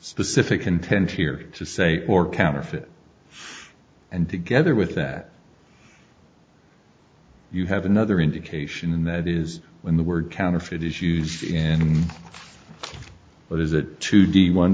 specific content here to say or counterfeit and together with that you have another indication and that is when the word counterfeit is used in what is it two d one